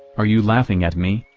are you laughing at me?